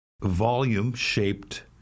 volume-shaped